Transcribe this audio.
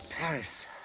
Paris